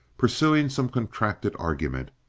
pursuing some contracted argument.